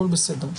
הכול בסדר.